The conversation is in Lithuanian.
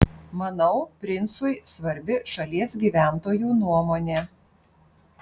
manau princui svarbi šalies gyventojų nuomonė